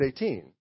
18